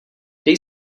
dej